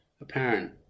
apparent